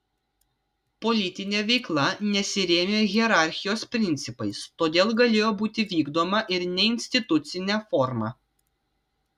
politinė veikla nesirėmė hierarchijos principais todėl galėjo būti vykdoma ir neinstitucine forma